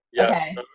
okay